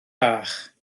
bach